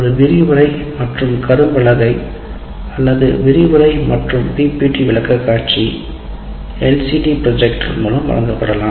ஒரு விரிவுரை மற்றும் கரும்பலகை அல்லது விரிவுரை மற்றும் பிபிடி விளக்கக்காட்சி எல்சிடி ப்ரொஜெக்டர் மூலம் வழங்கப்படலாம்